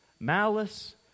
malice